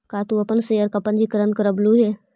का तू अपन शेयर का पंजीकरण करवलु हे